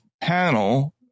panel